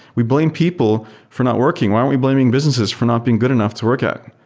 we blame people for not working. why aren't we blaming businesses for not being good enough to work at?